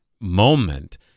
moment